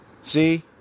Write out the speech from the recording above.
See